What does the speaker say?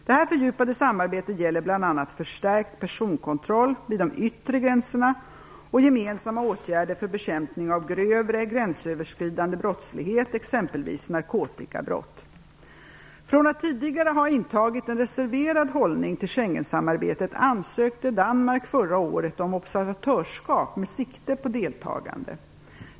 Detta fördjupade samarbete gäller bl.a. förstärkt personkontroll vid de yttre gränserna och gemensamma åtgärder för bekämpning av grövre, gränsöverskridande brottslighet, exempelvis narkotikabrott. Från att tidigare ha intagit en reserverad hållning till Schengensamarbetet ansökte Danmark förra året om observatörsskap med sikte på deltagande.